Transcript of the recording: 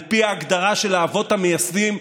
על פי ההגדרה של האבות המייסדים,